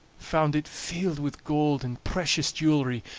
found it filled with gold and precious jewelry,